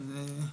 כן,